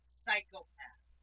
psychopath